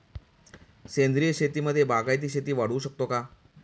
सेंद्रिय शेतीमध्ये बागायती शेती वाढवू शकतो का?